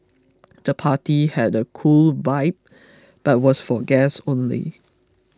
the party had a cool vibe but was for guests only